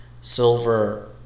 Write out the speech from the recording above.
silver